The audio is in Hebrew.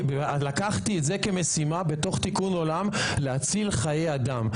לקחתי את זה כמשימה בתוך תיקון עולם להציל חיי אדם,